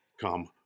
come